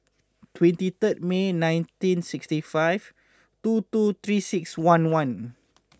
twenty third May nineteen sixty five two two three six one one